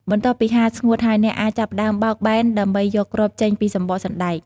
បន្ទាប់ពីហាលស្ងួតហើយ អ្នកអាចចាប់ផ្តើមបោកបែនដើម្បីយកគ្រាប់ចេញពីសំបកសណ្ដែក។